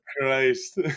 Christ